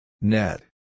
Net